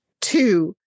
two